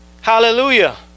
Hallelujah